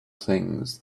things